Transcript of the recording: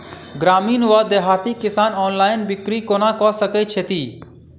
ग्रामीण वा देहाती किसान ऑनलाइन बिक्री कोना कऽ सकै छैथि?